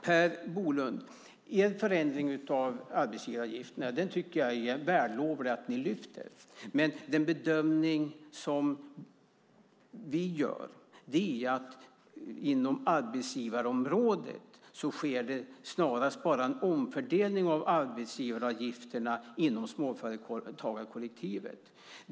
Er förändring av arbetsgivaravgiften tycker jag är vällovlig, Per Bolund, alltså att ni lyfter fram det, men den bedömning vi gör är att det inom arbetsgivarområdet snarast bara sker en omfördelning av arbetsgivaravgifterna inom småföretagarkollektivet.